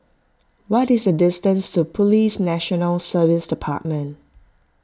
what is the distance to Police National Service Department